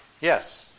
Yes